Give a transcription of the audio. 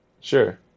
sure